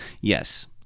yes